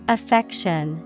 Affection